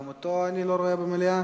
גם אותו אני לא רואה במליאה.